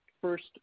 first